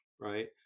Right